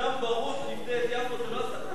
בדם ורוח' נפדה את יפו, זו לא הסתה?